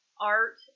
art